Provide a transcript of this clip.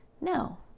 No